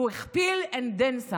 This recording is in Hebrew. הוא הכפיל ויותר מכך.